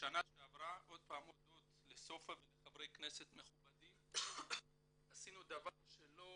בשנה שעברה עשינו הודות לסופה וחברי כנסת מכובדים דבר שלא